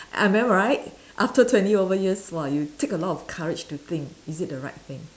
am I right after twenty over years !wah! you take a lot of courage to think is it the right thing